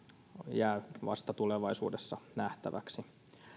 jää vasta tulevaisuudessa nähtäväksi